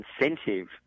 incentive